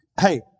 hey